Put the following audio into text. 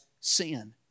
sin